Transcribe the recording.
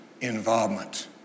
involvement